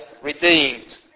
redeemed